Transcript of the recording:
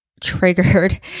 triggered